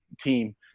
team